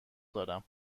دارم